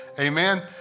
Amen